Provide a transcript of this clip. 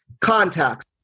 contacts